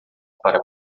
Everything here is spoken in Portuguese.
para